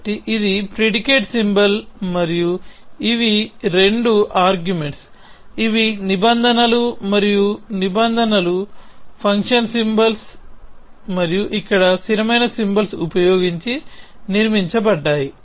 కాబట్టి ఇది predicate symbol మరియు ఇవి రెండు ఆర్గ్యుమెంట్స్ ఇవి నిబంధనలు మరియు నిబంధనలు ఫంక్షన్ సింబల్స్ మరియు ఇక్కడ స్థిరమైన సింబల్స్ ఉపయోగించి నిర్మించబడ్డాయి